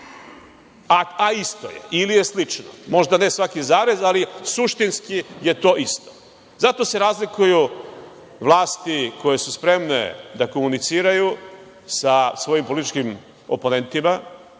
a isto je ili je slično, možda ne svaki zarez, ali suštinski je to isto? Zato se razlikuju vlasti koje su spremne da komuniciraju sva svojim političkim oponentima,